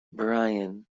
byron